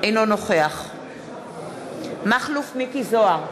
אינו נוכח מכלוף מיקי זוהר,